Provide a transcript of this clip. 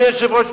אדוני היושב-ראש,